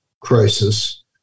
crisis